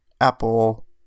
Apple